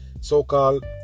so-called